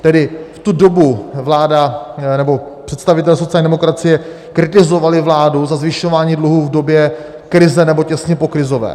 Tedy v tu dobu vláda nebo představitelé sociální demokracie kritizovali vládu za zvyšování dluhu v době krize, nebo těsně pokrizové.